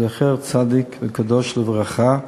זכר צדיק וקדוש לברכה.